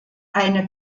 eine